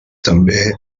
també